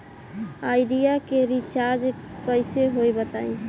Idea के recharge कइसे होई बताईं?